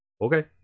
Okay